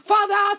Father